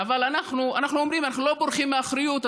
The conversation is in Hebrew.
אבל אנחנו אומרים: אנחנו לא בורחים מאחריות,